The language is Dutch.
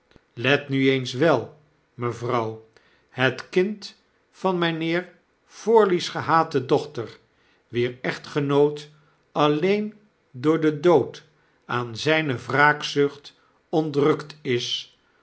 le mi eens wel mevrouw het kind van mijnheer eorley's gehate dochter wier echtgenoot alleen door den dood aan zijne wraakzucht ontrukt is